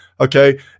Okay